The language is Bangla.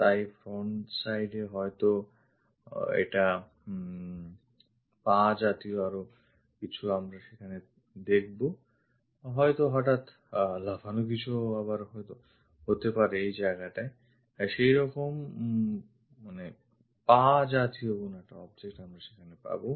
তাই front sideএ হয়ত এটা পা জাতীয় আরও কিছু আমরা সেখানে দেখবো হয়ত হঠাৎ লাফানো কিছু আবার হয়ত আমরা সেই রকম পা জাতীয় কোন object পাবো